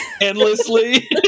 Endlessly